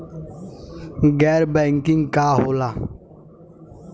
गैर बैंकिंग का होला?